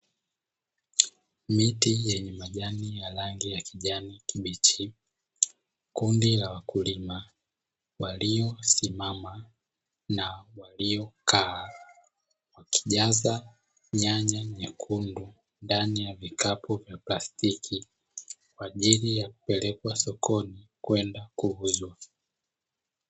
Miti yenye majani ya rangi ya kijani kibichi, kundi la wakulima waliosimama na waliokaa wakijaza nyanya nyekundu, ndani ya vikapu vya plastiki kwa ajili ya kupelekwa sokoni kwenda kuuzwa.